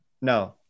no